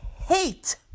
Hate